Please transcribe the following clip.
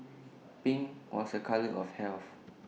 pink was A colour of health